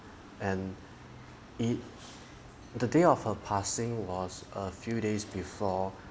and it the day of her passing was a few days before